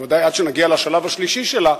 וודאי שעד שנגיע לשלב השלישי שלה,